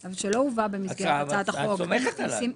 אבל את סומכת עליי.